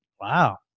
Wow